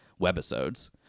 webisodes